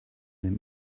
them